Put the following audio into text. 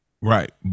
Right